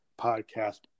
podcast